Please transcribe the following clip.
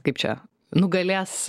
kaip čia nugalės